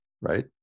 Right